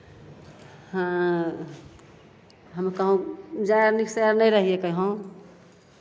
हँ हम कहुँ जाइ से नहि रहियै कहुँ